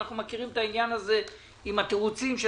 אנחנו מכירים את העניין הזה עם התירוצים של